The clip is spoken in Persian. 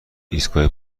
ایستگاه